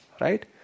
right